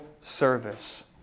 service